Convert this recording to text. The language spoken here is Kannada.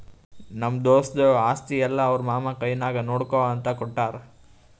ನಮ್ಮ ದೋಸ್ತದು ಆಸ್ತಿ ಎಲ್ಲಾ ಅವ್ರ ಮಾಮಾ ಕೈನಾಗೆ ನೋಡ್ಕೋ ಅಂತ ಕೊಟ್ಟಾರ್